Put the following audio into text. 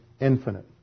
infinite